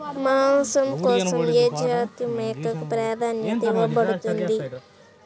మాంసం కోసం ఏ జాతి మేకకు ప్రాధాన్యత ఇవ్వబడుతుంది?